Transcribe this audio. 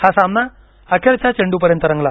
हा सामना अखेरच्या चेंडूपर्यंत रंगला